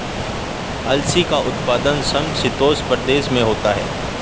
अलसी का उत्पादन समशीतोष्ण प्रदेश में होता है